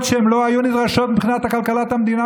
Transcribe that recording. שלא היו נדרשות מבחינת כלכלת המדינה,